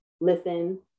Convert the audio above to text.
listen